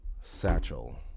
Satchel